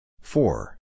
Four